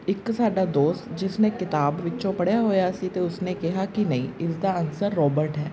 ਇੱਕ ਸਾਡਾ ਦੋਸਤ ਜਿਸ ਨੇ ਕਿਤਾਬ ਵਿੱਚੋਂ ਪੜ੍ਹਿਆ ਹੋਇਆ ਸੀ ਅਤੇ ਉਸਨੇ ਕਿਹਾ ਕਿ ਨਹੀਂ ਇਸਦਾ ਅਨਸਰ ਰੋਬਰਟ ਹੈ